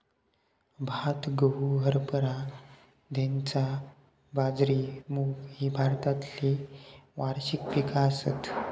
भात, गहू, हरभरा, धैंचा, बाजरी, मूग ही भारतातली वार्षिक पिका आसत